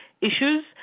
issues